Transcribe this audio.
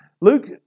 Luke